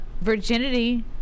virginity